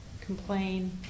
complain